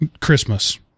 Christmas